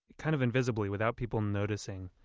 kind of invisibly, without people noticing,